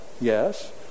yes